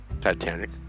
Titanic